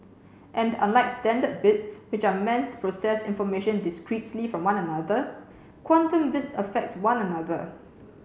and unlike standard bits which are meant to process information discretely from one another quantum bits affect one another